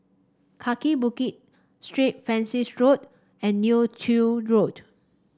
Kaki Bukit Street Francis Road and Neo Tiew Road